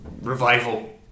revival